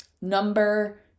Number